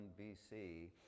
BC